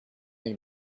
avec